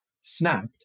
snapped